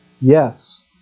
Yes